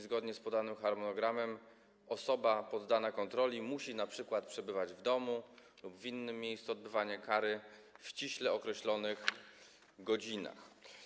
Zgodnie z podanym harmonogramem osoba poddana kontroli musi np. przebywać w domu lub w innym miejscu odbywania kary w ściśle określonych godzinach.